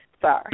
Sorry